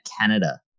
Canada